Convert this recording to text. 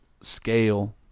scale